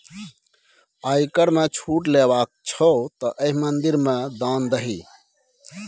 आयकर मे छूट लेबाक छौ तँ एहि मंदिर मे दान दही